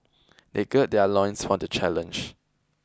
they gird their loins for the challenge